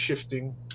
shifting